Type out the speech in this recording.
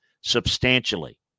substantially